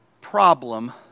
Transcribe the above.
problem